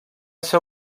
ser